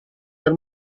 per